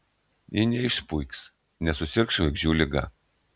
ji neišpuiks nesusirgs žvaigždžių liga